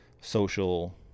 social